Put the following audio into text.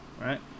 right